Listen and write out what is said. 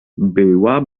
była